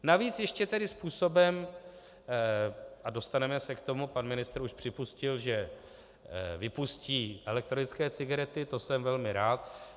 Navíc ještě tedy způsobem, a dostaneme se k tomu pan ministr už připustil, že vypustí elektronické cigarety, to jsem velmi rád.